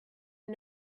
are